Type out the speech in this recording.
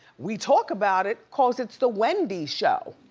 we talk about it cause it's the wendy show.